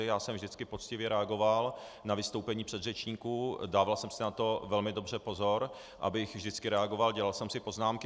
Já jsem vždycky poctivě reagoval na vystoupení předřečníků, dával jsem si na to velmi dobře pozor, abych vždycky reagoval, dělal jsem si poznámky.